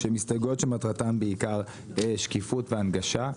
שהן הסתייגויות שמטרתן בעיקר שקיפות וההנגשה.